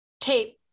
tape